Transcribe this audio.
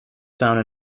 found